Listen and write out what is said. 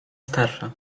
starsza